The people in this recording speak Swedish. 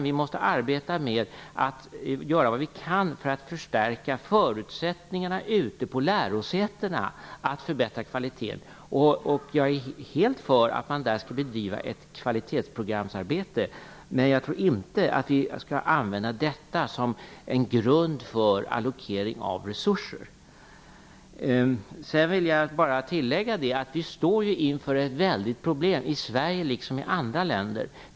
Vi måste göra vad vi kan för att förbättra förutsättningarna ute på lärosätena så att man där kan höja kvaliteten. Jag är helt för att man där skall bedriva ett arbete med kvalitetsprogram, men jag tror inte att vi skall använda detta system som en grund för allokering av resurser. Jag vill bara tillägga att vi står inför ett stort problem i Sverige, liksom i andra länder.